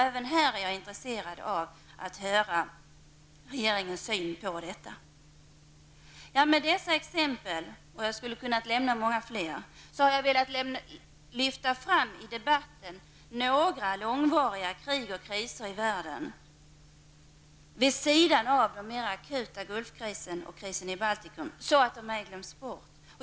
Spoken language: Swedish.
Även här är jag intresserad av att höra hur regeringen ser på detta. Med dessa exempel, jag skulle ha kunnat lämna många fler, har jag velat lyfta fram i debatten några långvariga krig och kriser i världen, vid sidan av den mer akuta Gulfkrisen och krisen i Baltikum, så att de ej glöms bort.